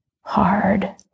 hard